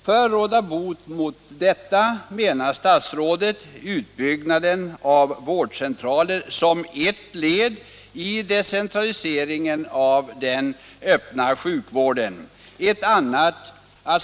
För att råda bot på detta, menar statsrådet, bör man fortsätta utbyggnaden av vårdcentraler som ett led i decentraliseringen av den öppna sjukvården.